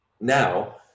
now